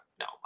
No